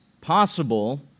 possible